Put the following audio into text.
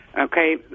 Okay